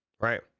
right